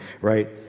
right